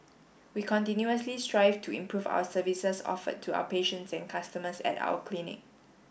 we continuously strive to improve our services offered to our patients and customers at our clinic